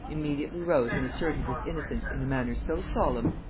immediately rose and asserted his innocence in a manner so solemn,